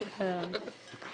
10:08.